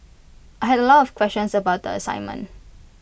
I had A lot of questions about the assignment